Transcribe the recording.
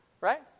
right